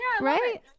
Right